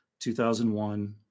2001